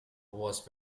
was